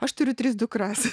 aš turiu tris dukras